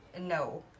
No